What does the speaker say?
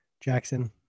Jackson